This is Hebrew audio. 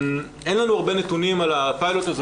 אין לנו הרבה נתונים על הפיילוט הזה,